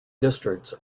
districts